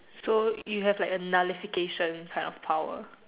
so you have like nullification kind of power